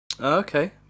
Okay